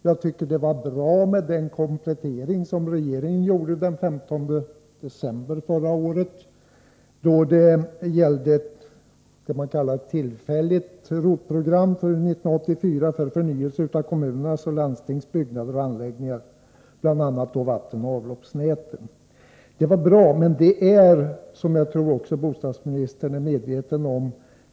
Jag tycker att den komplettering var bra som regeringen gjorde den 15 december förra året beträffande tillfälligt ROT-program för förnyelse av kommuners och landstings byggnader och anläggningar, bl.a. vattenoch avloppsnäten. Detta var bra, men det är otillräckligt — vilket jag tror att bostadsministern är medveten om.